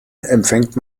empfängt